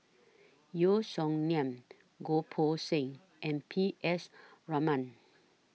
Yeo Song Nian Goh Poh Seng and P S Raman